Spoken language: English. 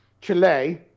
Chile